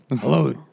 hello